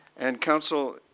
and council,